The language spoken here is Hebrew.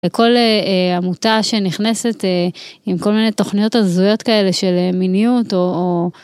לכל עמותה שנכנסת עם כל מיני תוכניות הזויות כאלה של מיניות או